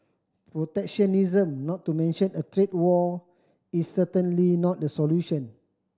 protectionism not to mention a trade war is certainly not the solution